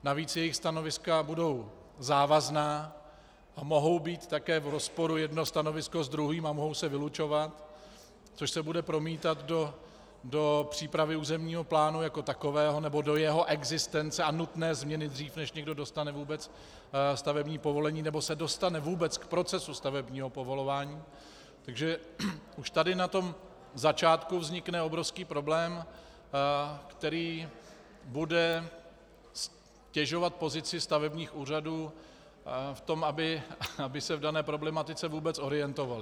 Navíc jejich stanoviska budou závazná a mohou být také v rozporu jedno stanovisko s druhým a mohou se vylučovat, což se bude promítat do přípravy územního plánu jako takového nebo do jeho existence a nutné změny dřív, než někdo dostane vůbec stavební povolení nebo se dostane vůbec k procesu stavebního povolování, takže už tady na tomto začátku vznikne obrovský problém, který bude ztěžovat pozici stavebních úřadů v tom, aby se v dané problematice vůbec orientovaly.